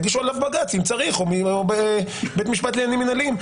יגישו עליו בג"ץ אם צריך או בבית משפט לעניינים מינהליים.